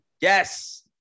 Yes